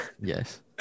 Yes